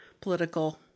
political